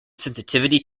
sensitivity